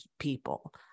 people